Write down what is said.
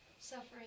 suffering